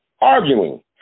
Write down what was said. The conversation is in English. arguing